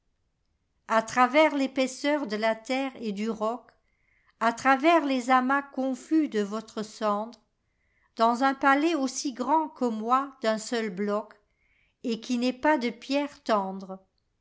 a travers l'épaisseur de la terre et du roc a travers les amas confus de votre cendre dans un palais aussi grand que moi d'un seul bloc et oui n'est pas de pierre tendre